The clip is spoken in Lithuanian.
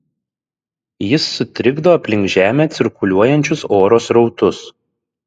jis sutrikdo aplink žemę cirkuliuojančius oro srautus